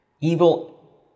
evil